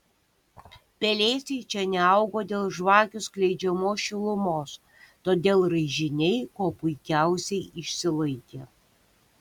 pelėsiai čia neaugo dėl žvakių skleidžiamos šilumos todėl raižiniai kuo puikiausiai išsilaikė